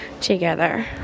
together